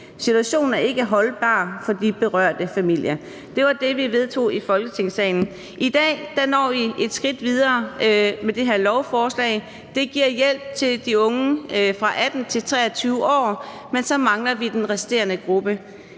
Situationen er ikke holdbar for de berørte familier.« Det var det, vi vedtog i Folketingssalen. I dag når vi et skridt videre med det her lovforslag. Det giver hjælp til unge fra 18-23 år, men så mangler vi den resterende gruppe.